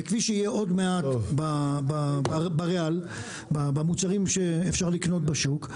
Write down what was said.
וכפי שיהיה עוד מעט במוצרים שאפשר לקנות בשוק,